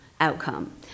outcome